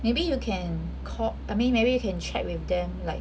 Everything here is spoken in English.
maybe you can call I mean maybe you can check with them like